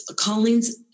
Callings